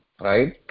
right